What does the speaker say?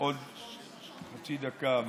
עוד חצי דקה אבקש.